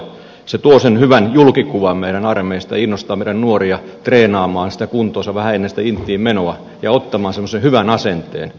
se tuo hyvän julkikuvan meidän armeijasta innostaa meidän nuoria treenaamaan kuntoansa vähän ennen inttiin menoa ja ottamaan semmoisen hyvän asenteen